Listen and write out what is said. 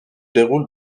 déroule